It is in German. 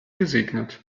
gesegnet